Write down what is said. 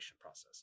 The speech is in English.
process